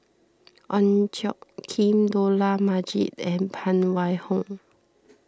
Ong Tjoe Kim Dollah Majid and Phan Wait Hong